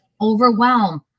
overwhelm